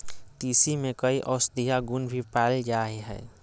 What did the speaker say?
तीसी में कई औषधीय गुण भी पाल जाय हइ